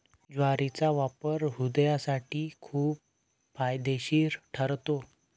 ज्वारीचा वापर हृदयासाठी खूप फायदेशीर ठरतो